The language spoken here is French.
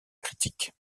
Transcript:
critique